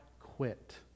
quit